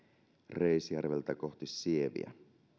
reisjärveltä kohti sieviä